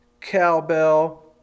cowbell